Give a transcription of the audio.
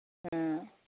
ꯑ